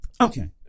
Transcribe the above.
okay